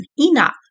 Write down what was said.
Enoch